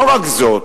לא רק זאת,